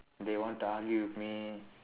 they want to argue with me